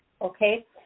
okay